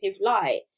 light